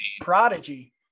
Prodigy